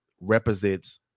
represents